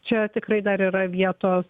čia tikrai dar yra vietos